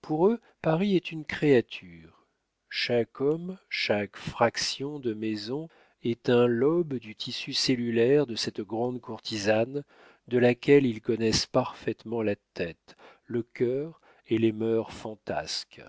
pour eux paris est une créature chaque homme chaque fraction de maison est un lobe du tissu cellulaire de cette grande courtisane de laquelle ils connaissent parfaitement la tête le cœur et les mœurs fantasques